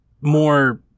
more